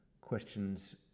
questions